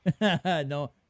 no